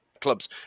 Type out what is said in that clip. clubs